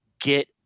get